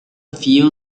few